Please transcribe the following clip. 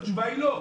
התשובה היא לא.